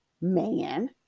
man